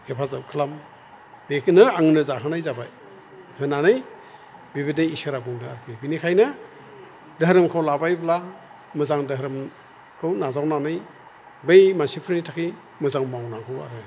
हेफाजाब खालाम बेखौनो आंनो जाहोनाय जाबाय होन्नानै बेबायदि इसोरा बुंदों आरखि बेनिखायनो दोहोरोमखौ लाबायब्ला मोजां दोहोरोमखौ नाजावनानै बै मानसिफोरनि थाखै मोजां मावनांगौ आरो